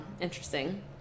interesting